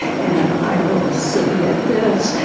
and i will submit this.